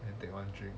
and take one drink